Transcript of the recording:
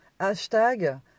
Hashtag